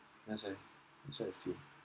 that's why is what I feel